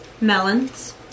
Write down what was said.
Melons